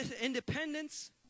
independence